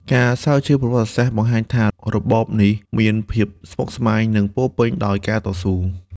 ការស្រាវជ្រាវប្រវត្តិសាស្ត្របង្ហាញថា របបនេះមានភាពស្មុគស្មាញ និងពោរពេញដោយការតស៊ូ។